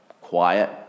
Quiet